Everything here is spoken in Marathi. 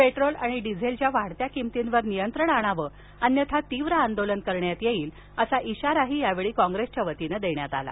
पेट्रोल आणि डिझेलच्या वाढत्या किमतीवरती नियंत्रण आणावं अन्यथा तीव्र आंदोलनाचा इशारा यावेळी काँग्रेसच्या वतीने देण्यात आला